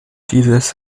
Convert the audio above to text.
dieses